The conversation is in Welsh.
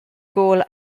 gôl